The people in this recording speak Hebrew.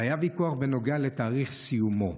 והיה ויכוח בנוגע לתאריך סיומו.